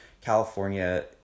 California